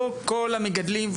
לא כל המגדלים,